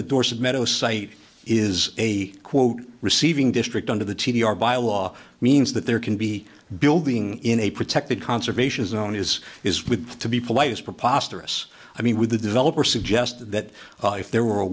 the dorset meadow site is a quote receiving district under the t d r by a law means that there can be building in a protected conservation zone as is with to be polite is preposterous i mean with the developer suggest that if there were a